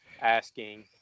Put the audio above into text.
asking